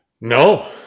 No